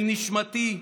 אל נשמתי.